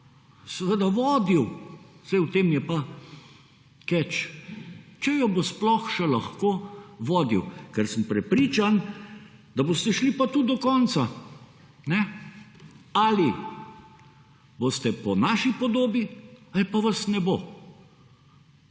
seveda vodil, saj v tem je pa catch. Če je bo sploh še lahko vodil, ker sem prepričan, da boste šli pa tudi do konca. Ali boste po naši podobi ali pa vas ne bo.